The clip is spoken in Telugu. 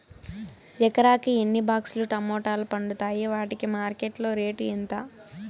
ఎకరాకి ఎన్ని బాక్స్ లు టమోటాలు పండుతాయి వాటికి మార్కెట్లో రేటు ఎంత?